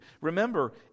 Remember